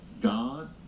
God